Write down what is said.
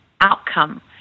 outcome